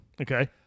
Okay